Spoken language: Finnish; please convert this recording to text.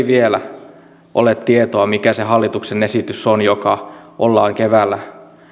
vielä ole tietoa mikä se hallituksen esitys on joka ollaan keväällä